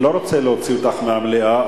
אני לא רוצה להוציא אותך מהמליאה,